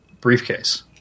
briefcase